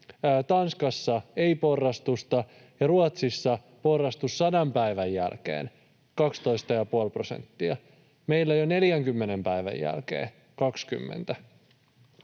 Tanskassa ei porrastusta ja Ruotsissa porrastus sadan päivän jälkeen, 12,5 prosenttia — meillä jo 40 päivän jälkeen 20.